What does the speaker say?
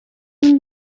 mijn